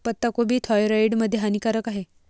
पत्ताकोबी थायरॉईड मध्ये हानिकारक आहे